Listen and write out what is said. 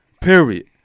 Period